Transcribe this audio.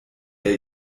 der